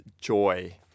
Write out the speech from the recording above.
joy